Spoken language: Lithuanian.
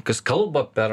kas kalba per